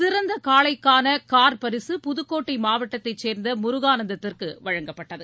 சிறந்த காளைக்கான கார் பரிசு புதுக்கோட்டை மாவட்டத்தைச் சேர்ந்த முருகானந்தத்திற்கு வழங்கப்பட்டது